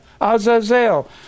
Azazel